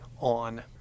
on